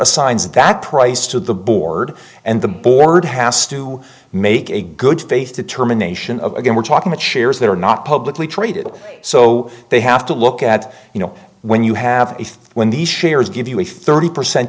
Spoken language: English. assigns that price to the board and the board has to make a good faith determination of again we're talking with shares that are not publicly traded so they have to look at you know when you have if when the shares give you a thirty percent